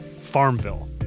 FarmVille